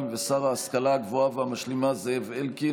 ושר ההשכלה הגבוהה והמשלימה זאב אלקין,